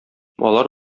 алар